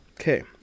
okay